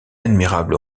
admirable